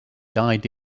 died